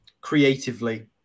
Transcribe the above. creatively